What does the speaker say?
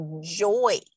joy